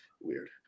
Weird